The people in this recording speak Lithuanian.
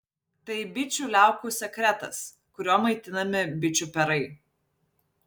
tai bičių liaukų sekretas kuriuo maitinami bičių perai